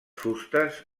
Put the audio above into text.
fustes